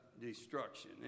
destruction